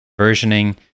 versioning